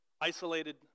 isolated